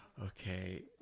okay